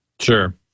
Sure